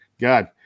God